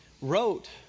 wrote